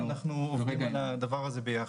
אנחנו עובדים על הדבר הזה ביחד.